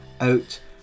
out